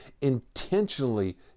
intentionally